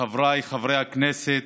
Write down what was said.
חבריי חברי הכנסת,